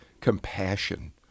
compassion